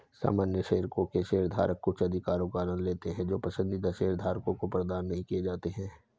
सामान्य शेयरों के शेयरधारक कुछ अधिकारों का आनंद लेते हैं जो पसंदीदा शेयरधारकों को प्रदान नहीं किए जाते हैं